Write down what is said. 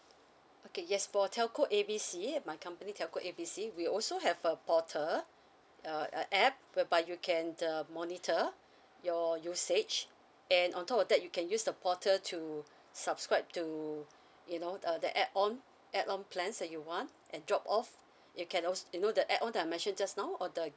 okay yes for telco A B C my company telco A B C we also have a portal uh a app whereby you can uh monitor your usage and on top of that you can use the portal to subscribe to you know uh the add on add on plans that you want and drop off you can als~ you know the add on that I mentioned just now on the